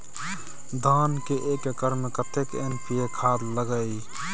धान के एक एकर में कतेक एन.पी.ए खाद लगे इ?